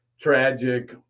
tragic